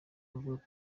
avuga